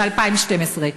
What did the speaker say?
מ-2012.